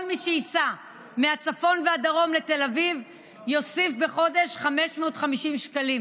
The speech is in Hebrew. כל מי שייסע מהצפון והדרום לתל אביב יוסיף בחודש 550 שקלים